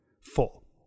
full